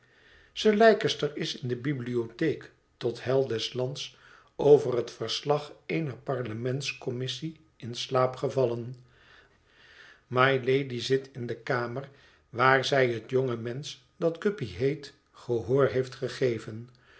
sir leicester is in de bibliotheek tot heil des lands over het verslag eener parlements commissie in slaap gevallen mylady zit in de kamer waar zij het jonge mensch dat ouppy heet gehoor heeft gegeven